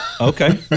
Okay